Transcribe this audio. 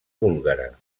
búlgara